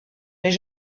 mais